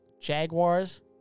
Jaguars